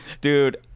Dude